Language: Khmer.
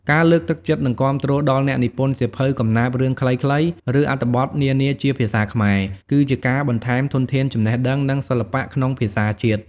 ការលើកទឹកចិត្ត និងគាំទ្រដល់ការនិពន្ធសៀវភៅ កំណាព្យ រឿងខ្លីៗ ឬអត្ថបទនានាជាភាសាខ្មែរ គឺជាការបន្ថែមធនធានចំណេះដឹង និងសិល្បៈក្នុងភាសាជាតិ។